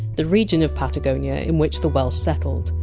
the region of patagonia in which the welsh settled.